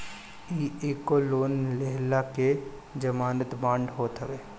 इ एगो लोन लेहला के जमानत बांड होत हवे